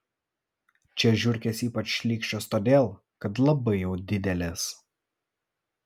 čia žiurkės ypač šlykščios todėl kad labai jau didelės